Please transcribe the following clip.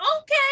okay